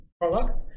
product